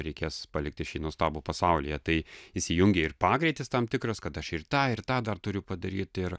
reikės palikti šį nuostabų pasaulyje tai įsijungė ir pagreitis tam tikras kad aš ir tą ir tą dar turiu padaryt ir